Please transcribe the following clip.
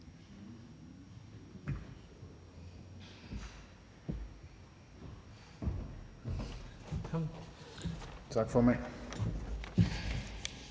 Tak for det.